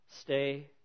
stay